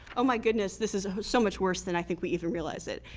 oh my goodness. this is so much worse than i think we even realized it.